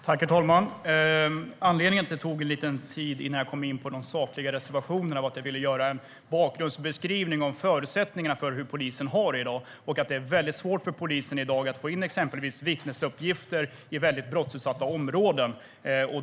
Herr talman! Anledningen till att det tog lite tid innan jag kom in på de sakliga reservationerna var att jag ville göra en bakgrundsbeskrivning av förutsättningarna för hur poliserna har det i dag. Det är väldigt svårt för dem att få in till exempel vittnesuppgifter i väldigt brottsutsatta områden.